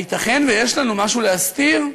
הייתכן שיש לנו משהו להסתיר?